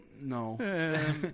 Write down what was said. No